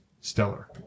stellar